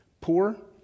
poor